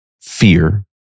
fear